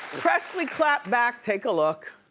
presley clap back, take a look.